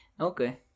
Okay